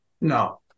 no